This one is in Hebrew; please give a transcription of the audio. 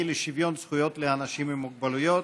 לשוויון זכויות לאנשים עם מוגבלויות,